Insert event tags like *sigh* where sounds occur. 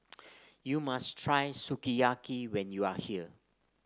*noise* you must try Sukiyaki when you are here